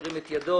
מי נגד?